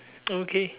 okay